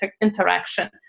interaction